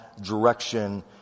direction